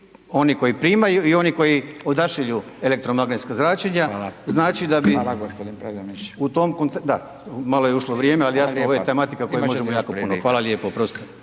oni koji primaju i oni koji odašilju elektromagnetsko zračenja, znači da bi… …/Upadica Radin: Hvala,